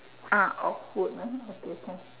ah of food ah okay can